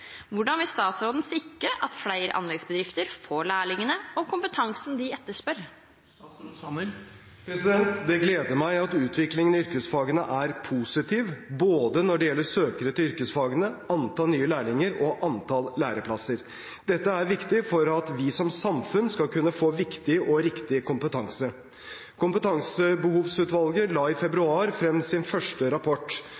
Hvordan vil statsråden sikre at flere anleggsbedrifter får de lærlingene og den kompetansen de etterspør?» Det gleder meg at utviklingen i yrkesfagene er positiv både når det gjelder søkere til yrkesfagene, antall nye lærlinger og antall læreplasser. Dette er viktig for at vi som samfunn skal kunne få viktig og riktig kompetanse. Kompetansebehovsutvalget la i